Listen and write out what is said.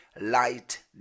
light